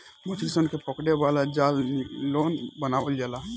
मछली सन के पकड़े वाला जाल नायलॉन बनावल जाला